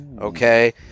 Okay